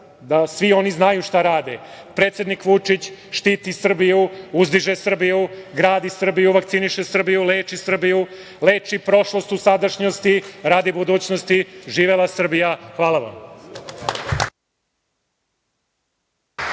da svi oni znaju šta rade. Predsednik Vučić štiti Srbiju, uzdiže Srbiju, gradi Srbiju, vakciniše Srbiju, leči Srbiju, leči prošlost u sadašnjosti, radi budućnosti. Živela Srbija. Hvala vam.